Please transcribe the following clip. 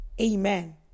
Amen